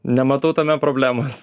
nematau tame problemos